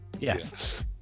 Yes